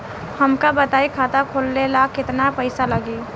हमका बताई खाता खोले ला केतना पईसा लागी?